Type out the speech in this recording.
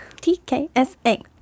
T-K-S-A